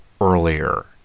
earlier